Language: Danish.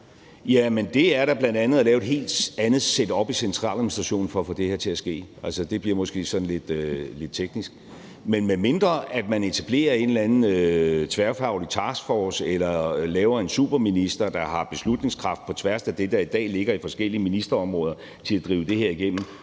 bidrag er da bl.a. at lave et lidt andet setup i centraladministrationen for at få det her til at ske. Det bliver måske sådan lidt teknisk. Men medmindre man etablerer en eller anden tværfaglig taskforce eller laver en superministerpost, der har beslutningskraft på tværs af det, der i dag ligger på forskellige ministerområder, til at drive det her igennem,